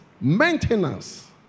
Maintenance